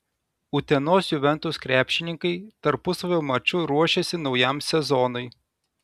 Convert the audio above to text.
utenos juventus krepšininkai tarpusavio maču ruošiasi naujam sezonui